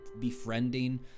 befriending